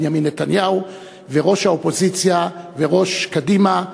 בנימין נתניהו וראש האופוזיציה וראש קדימה,